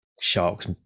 sharks